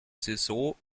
saison